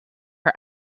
her